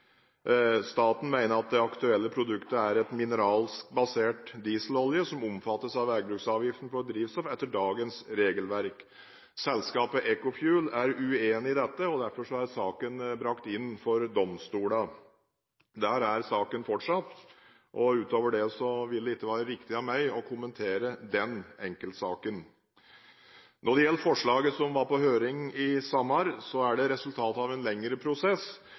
Staten mener at det aktuelle produktet er en mineralsk basert dieselolje, som omfattes av veibruksavgiften for drivstoff, etter dagens regelverk. Selskapet EcoFuel er uenig i dette. Derfor er saken brakt inn for domstolene. Der er den fortsatt. Utover dette vil det ikke være riktig av meg å kommentere denne enkeltsaken. Når det gjelder forslaget som var på høring i sommer, er dette resultat av en lengre prosess